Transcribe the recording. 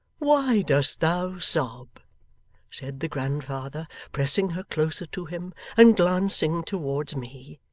why dost thou sob said the grandfather, pressing her closer to him and glancing towards me.